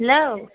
hello